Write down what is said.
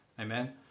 Amen